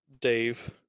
Dave